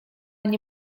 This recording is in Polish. nie